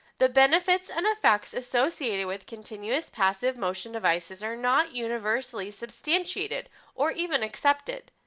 the benefits and effects associated with continuous passive motion devices are not universally substantiated or even accepted.